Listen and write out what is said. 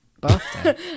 Birthday